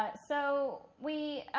but so we